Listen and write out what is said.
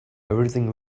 everything